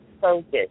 focus